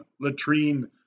latrine